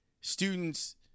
students